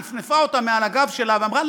נפנפה אותם מעל הגב שלה ואמרה,